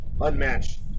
unmatched